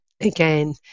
again